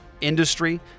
industry